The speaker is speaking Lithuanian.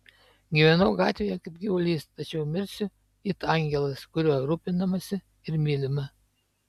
gyvenau gatvėje kaip gyvulys tačiau mirsiu it angelas kuriuo rūpinamasi ir mylima